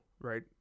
right